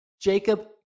Jacob